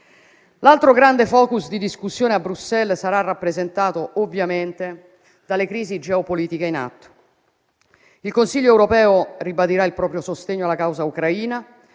L'altro grande *focus* di discussione a Bruxelles sarà rappresentato ovviamente dalle crisi geopolitiche in atto. Il Consiglio europeo ribadirà il proprio sostegno alla causa ucraina